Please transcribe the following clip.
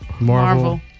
Marvel